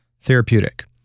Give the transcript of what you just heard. Therapeutic